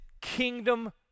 kingdom